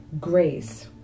grace